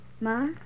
Ma